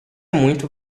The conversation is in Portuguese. muito